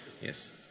Yes